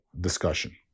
discussion